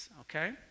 okay